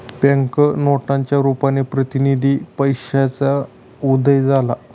bank नोटांच्या रुपाने प्रतिनिधी पैशाचा उदय झाला